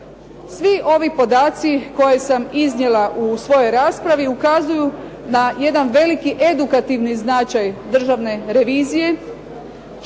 Svi ovi podaci koje sam iznijela u svojoj raspravi ukazuju na jedan veliki edukativni značaj Državne revizije,